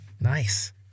Nice